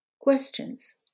Questions